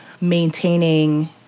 maintaining